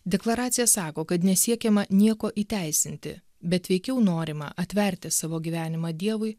deklaracija sako kad nesiekiama nieko įteisinti bet veikiau norima atverti savo gyvenimą dievui